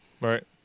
Right